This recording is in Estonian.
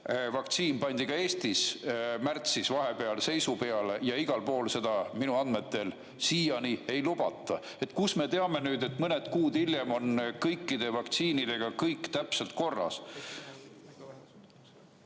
vaktsiin pandi ka Eestis märtsis vahepeal seisu peale ja igal pool seda minu andmetel siiani ei lubata. Kust me teame nüüd, et mõned kuud hiljem on kõikide vaktsiinidega kõik täpselt korras?